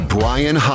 Brian